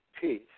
peace